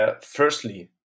Firstly